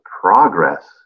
progress